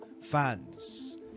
fans